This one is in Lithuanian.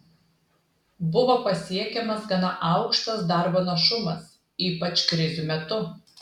buvo pasiekiamas gana aukštas darbo našumas ypač krizių metu